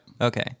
Okay